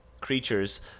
creatures